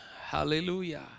Hallelujah